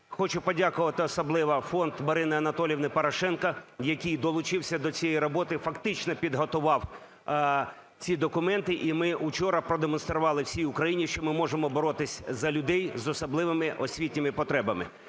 Хочу подякувати особливо фонду Марини Анатоліївни Порошенко, який долучився до цієї роботи, фактично підготував ці документи. І ми вчора продемонстрували всій Україні, що ми можемо боротися за людей з особливими освітніми потребами.